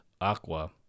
aqua